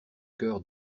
cœur